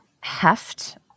heft